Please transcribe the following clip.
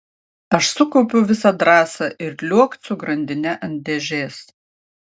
aš sukaupiau visą drąsą ir liuokt su grandine ant dėžės